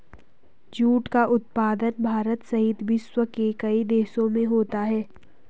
jute का उत्पादन भारत सहित विश्व के कई देशों में होता है